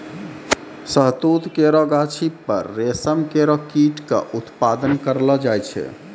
शहतूत केरो गाछी पर रेशम केरो कीट क उत्पादन करलो जाय छै